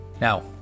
Now